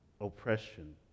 oppression